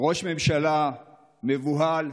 ראש ממשלה מבוהל,